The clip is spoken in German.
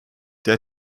der